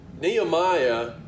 Nehemiah